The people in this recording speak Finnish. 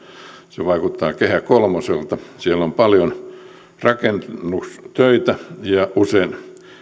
se vaikuttaa kehä kolmoselta siellä on paljon rakennustöitä ja usein